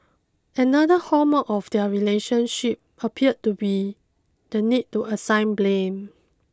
another hallmark of their relationship appeared to be the need to assign blame